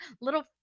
little